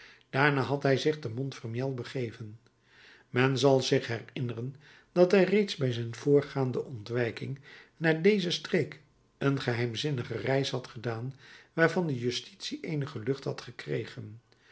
daarna had hij zich naar montfermeil begeven men zal zich herinneren dat hij reeds bij zijn voorgaande ontwijking naar deze streek een geheimzinnige reis had gedaan waarvan de justitie eenige lucht had gekregen